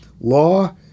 Law